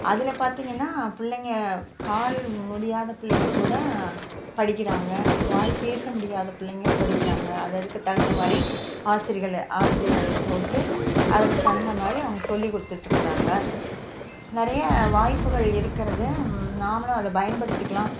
அதில் பார்த்திங்கன்னா பிள்ளைங்கள் கால் முடியாத பிள்ளைங்கள் கூட படிக்கிறாங்க வாய் பேசமுடியாத பிள்ளைங்கள் படிக்கிறாங்க அததுக்கு தகுந்த மாதிரி ஆசிரியர்கள் ஆசிரியர்களை போட்டு அதற்கு தகுந்த மாதிரி அவங்க சொல்லிக் கொடுத்துட்டு இருக்கறாங்க நிறையா வாய்ப்புகள் இருக்கிறது நாமளும் அதை பயன்படுத்திக்கலாம்